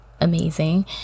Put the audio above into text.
amazing